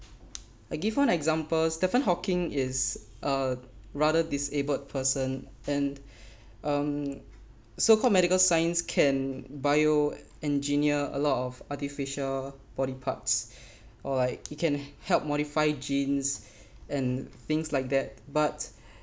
I give one example stephen hawking is a rather disabled person and um so called medical science can bioengineer a lot of artificial body parts or like you can help modify genes and things like that but